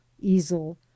easel